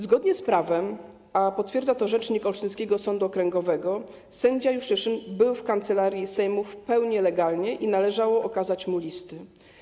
Zgodnie z prawem, a potwierdza to rzecznik olsztyńskiego sądu rejonowego, sędzia Juszczyszyn przebywał w Kancelarii Sejmu w pełni legalnie i należało okazać mu listy.